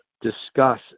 discuss